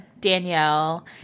Danielle